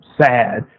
sad